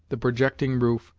the projecting roof,